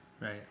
Right